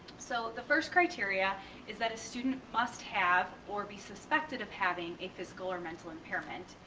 so the first criteria is that a student must have or be suspected of having a physical or mental impairment,